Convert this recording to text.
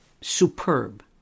Superb